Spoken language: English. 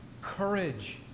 courage